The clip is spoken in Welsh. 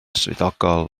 swyddogol